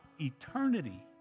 eternity